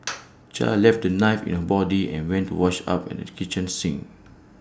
char left the knife in her body and went to wash up at the kitchen sink